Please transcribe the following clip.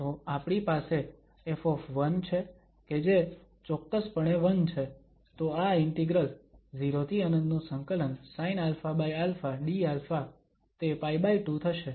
તો આપણી પાસે ƒ છે કે જે ચોક્કસપણે 1 છે તો આ ઇન્ટિગ્રલ 0∫∞ sinαα dα તે π2 થશે